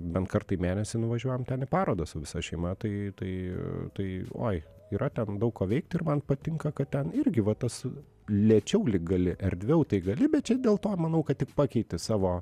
bent kartą į mėnesį nuvažiuojam ten į parodas su visa šeima tai tai tai oi yra ten daug ko veikt ir man patinka kad ten irgi va tas lėčiau lyg gali erdviau tai gali bet čia dėl to manau kad tik pakeiti savo